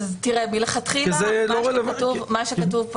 אז מה שסוכם עם המרלו"ג ואני משתפת את הוועדה כדי